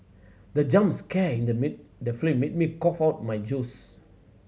the jump scare in the mid the flame made me cough out my juice